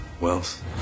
wealth